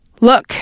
Look